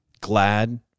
glad